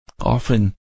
Often